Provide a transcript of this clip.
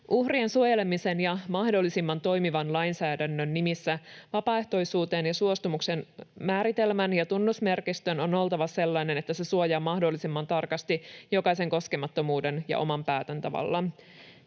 Uhrien suojelemisen ja mahdollisimman toimivan lainsäädännön nimissä vapaaehtoisuuden ja suostumuksen määritelmän ja tunnusmerkistön on oltava sellaisia, että ne suojaavat mahdollisimman tarkasti jokaisen koskemattomuuden ja oman päätäntävallan.